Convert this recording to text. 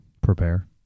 prepare